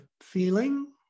feeling